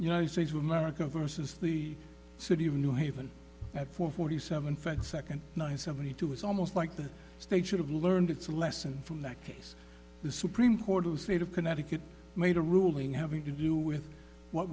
united states of america versus the city of new haven at four forty seven fed second night in seventy two it's almost like the state should have learned its lesson from that case the supreme court of the state of connecticut made a ruling having to do with what